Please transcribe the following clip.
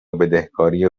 بدهکاری